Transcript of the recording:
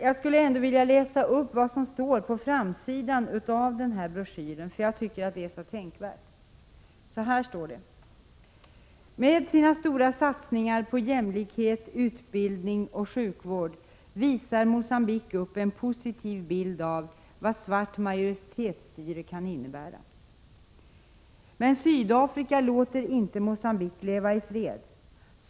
Jag skulle ändå vilja läsa upp vad som står på framsidan av den här broschyren, för jag tycker att det är så tänkvärt: ”Med sina stora satsningar på jämlikhet, utbildning och sjukvård visar Mogambique upp en positiv bild av vad svart majoritetsstyre kan innebära. Men Sydafrika låter inte Mogambique leva i fred.